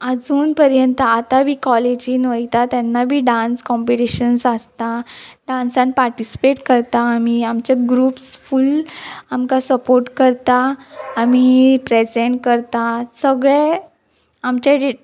आजून पर्यंत आतां बी कॉलेजीन वयता तेन्ना बी डांस कॉम्पिटिशन्स आसता डांसान पार्टिसिपेट करता आमी आमचे ग्रुप्स फूल आमकां सपोर्ट करता आमी प्रेजेंट करता सगळे आमचे जे